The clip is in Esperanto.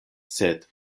sed